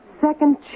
Second